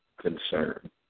concern